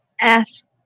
ask